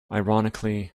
ironically